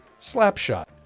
Slapshot